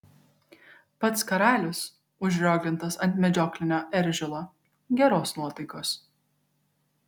pats karalius užrioglintas ant medžioklinio eržilo geros nuotaikos